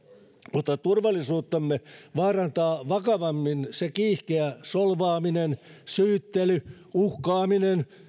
mutta turvallisuuttamme vaarantaa vakavammin se kiihkeä solvaaminen syyttely uhkaaminen